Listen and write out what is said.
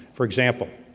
for example,